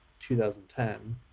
2010